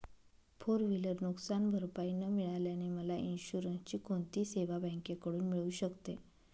Four wheeler नुकसानभरपाई न मिळाल्याने मला इन्शुरन्सची कोणती सेवा बँकेकडून मिळू शकते?